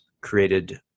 created